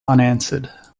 unanswered